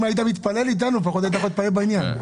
אם היית מתפלל אתנו לפחות היית יכול להתפלל בעניין.